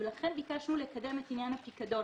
ולכן ביקשנו לקדם את עניין הפיקדון,